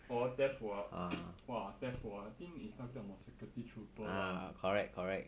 orh test 我 ah !wah! test 我 I think it's 那个 security trooper ah